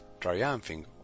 triumphing